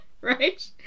right